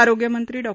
आरोग्यमंत्री डॉ